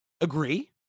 agree